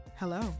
Hello